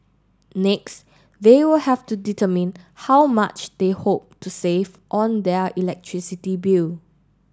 next they will have to determine how much they hope to save on their electricity bill